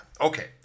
okay